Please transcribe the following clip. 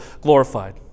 glorified